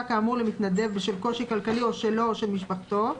כאמור למתנדב בשל קושי כלכלי או שלו אל של משפחתו,